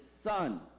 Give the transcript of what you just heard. Son